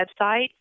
website